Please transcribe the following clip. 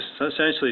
essentially